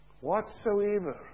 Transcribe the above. Whatsoever